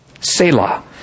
Selah